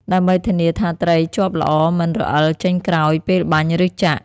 ដើម្បីធានាថាត្រីជាប់ល្អមិនរអិលចេញក្រោយពេលបាញ់ ឬចាក់ ។